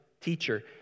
teacher